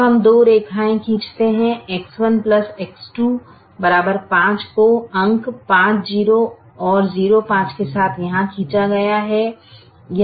अब हम दो रेखाएँ खींचते हैं X1 X2 5 को अंक 5 0 और 0 5 के साथ यहाँ खींचा गया है